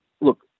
look